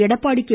Edappadi K